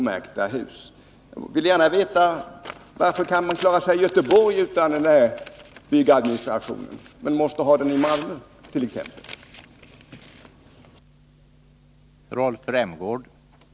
Jag vill gärna veta: Varför kan man klara sig i Göteborg utan den här byggadministrationen men måste ha den i Malmö t.ex.?